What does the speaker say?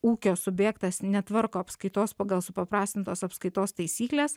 ūkio subjektas netvarko apskaitos pagal supaprastintos apskaitos taisykles